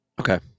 Okay